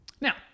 now